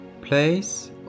place